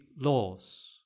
laws